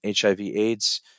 HIV-AIDS